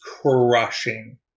crushing